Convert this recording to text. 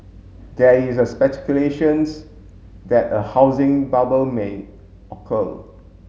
there is a speculations that a housing bubble may occur